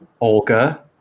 Olga